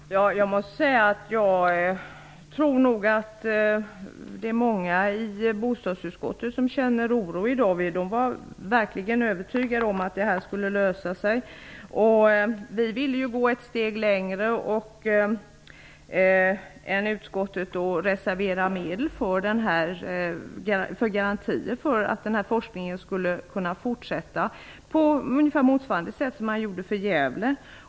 Herr talman! Jag måste säga att jag nog tror att många i bostadsutskottet känner oro i dag. Vi var verkigen övertygade om att detta skulle lösa sig. Vi ville gå ett steg längre än utskottet och reservera medel till garantier för att denna forskning skulle kunna fortsätta på ungefär samma sätt som när det gällde Gävle.